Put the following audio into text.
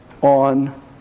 on